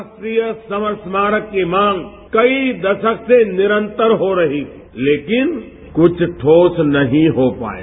राष्ट्रीय समर स्मारक की मांग कई दशक से निरंतर हो रही थी लेकिन कुछ ठोस नहींहो पाया